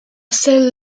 celle